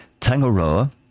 Tangaroa